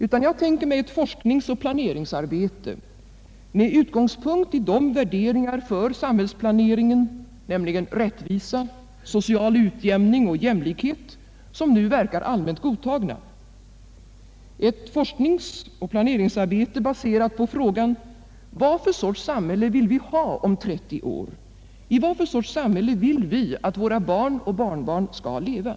Nej, jag tänker mig ett forskningsoch planeringsarbete, med utgångspunkt i de värderingar för samhällsplaneringen — nämligen rättvisa, social utjämning och jämlikhet — som nu verkar allmänt godtagna, ett arbete baserat på frågan: Vad för sorts samhälle vill vi ha om 30 år, i vad för sorts samhälle vill vi att våra barn och barnbarn skall leva?